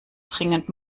dringend